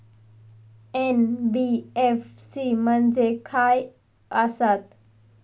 NBFC म्हणजे खाय आसत?